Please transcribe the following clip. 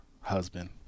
husband